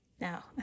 now